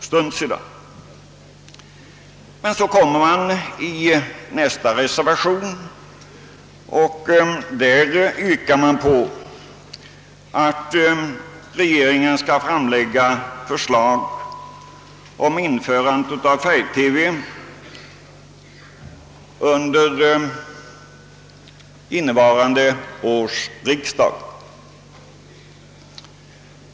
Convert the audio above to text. Så kommer han emellertid in på nästa reservation, i vilken det yrkas att regeringen skall framlägga förslag om införande av färg-TV för innevarande års riksdag.